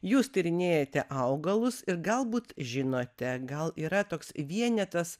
jūs tyrinėjate augalus ir galbūt žinote gal yra toks vienetas